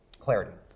clarity